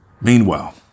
Meanwhile